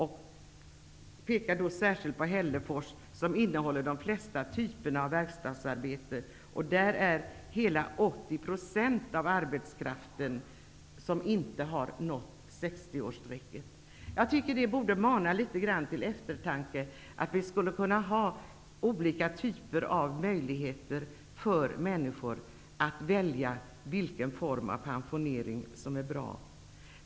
Man pekar särskilt på Hällefors som har de flesta typer av verkstadsarbete. Där är det hela 80 % av arbetskraften som inte har nått 60 Jag tycker att det borde mana till eftertanke. Vi skulle kunna ha olika möjligheter för människor att välja vilken form av pensionering man vill ha.